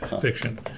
Fiction